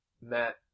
Matt